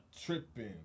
tripping